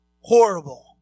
horrible